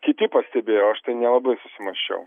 kiti pastebėjo aš tai nelabai susimąsčiau